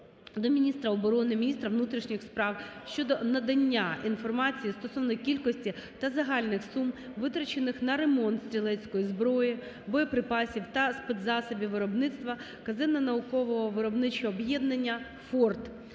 міністра оборони, міністра внутрішніх справ щодо надання інформації стосовно кількості та загальних сум, витрачених на ремонт стрілецької зброї, боєприпасів та спецзасобів виробництва казенного наукового - виробничого об'єднання "ФОРТ".